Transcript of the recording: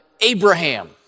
Abraham